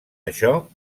això